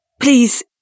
please